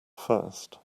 first